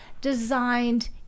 designed